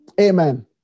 Amen